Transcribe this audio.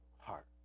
heart